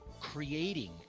creating